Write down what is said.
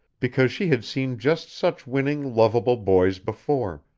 because she had seen just such winning, lovable boys before,